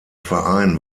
verein